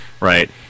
right